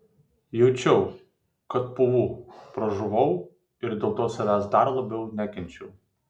jaučiau kad pūvu pražuvau ir dėl to savęs dar labiau nekenčiau